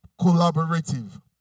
collaborative